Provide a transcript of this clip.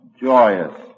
joyous